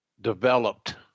developed